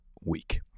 week